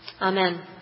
Amen